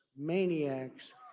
maniacs